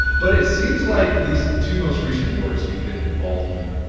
but it seems like these two most recent wars we've been involved in,